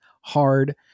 hard